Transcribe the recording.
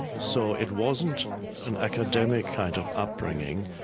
so it wasn't an academic kind of upbringing.